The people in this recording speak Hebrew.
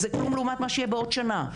זה כלום לעומת מה שיהיה בעוד שנה.